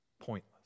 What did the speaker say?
Pointless